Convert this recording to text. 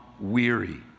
weary